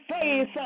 face